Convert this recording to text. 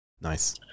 nice